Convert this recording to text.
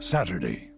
Saturday